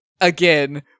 again